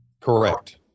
Correct